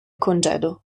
congedo